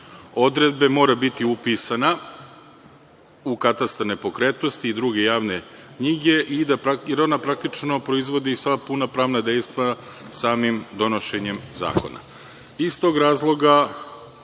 odredbe mora biti upisana u katastar nepokretnosti i druge javne knjige, jer ona praktično proizvodi sva puna pravna dejstva samim donošenjem zakona. Iz tog razloga,